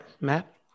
Matt